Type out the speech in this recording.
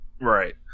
right